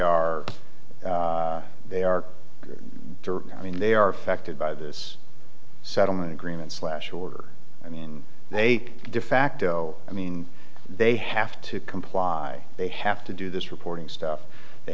are they are i mean they are affected by this settlement agreement slash order i mean they defacto i mean they have to comply they have to do this reporting stuff they